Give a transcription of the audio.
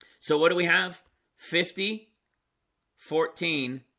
so what do we have fifty fourteen?